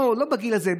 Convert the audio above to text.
לא בגיל הזה,